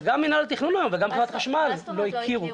וגם מינהל התכנון וגם חברת החשמל לא הכירו --- מה זאת אומרת לא הכירו?